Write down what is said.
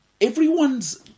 everyone's